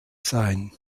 sein